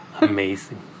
Amazing